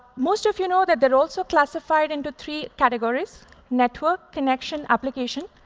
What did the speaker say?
most of you know that they're also classified into three categories network, connection, application.